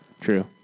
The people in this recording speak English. True